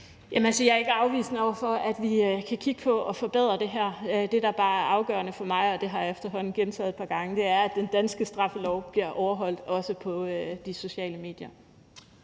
jeg er ikke afvisende over for, at vi kan kigge på at forbedre det her. Det, der bare er afgørende for mig, og det har jeg efterhånden gentaget et par gange, er, at den danske straffelov bliver overholdt også på de sociale medier.